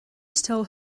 stole